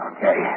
Okay